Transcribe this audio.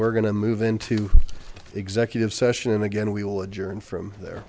we're going to move into executive session and again we will adjourn from there